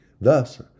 Thus